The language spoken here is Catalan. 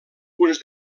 punts